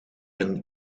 een